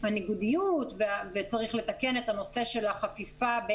הניגודיות וצריך לתקן את הנושא של החפיפה,